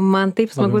man taip smagu